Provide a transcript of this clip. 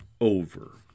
over